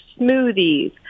smoothies